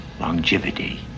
longevity